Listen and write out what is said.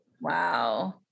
Wow